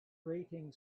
grating